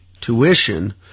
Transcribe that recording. tuition